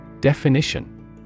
Definition